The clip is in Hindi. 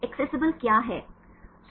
एक्सेसिबल क्या है